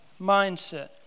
mindset